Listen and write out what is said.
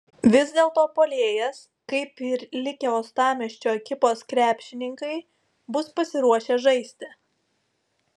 vis dėlto puolėjas kaip ir likę uostamiesčio ekipos krepšininkai bus pasiruošę žaisti